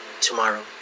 tomorrow